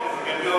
לגבי אורז.